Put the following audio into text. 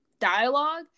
dialogue